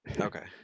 Okay